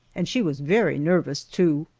and she was very nervous, too,